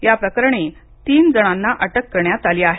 या प्रकरणी तीन जणांना अटक करण्यात आली आहे